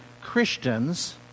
Christians